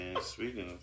speaking